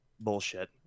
Bullshit